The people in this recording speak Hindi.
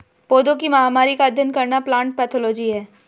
पौधों की महामारी का अध्ययन करना प्लांट पैथोलॉजी है